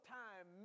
time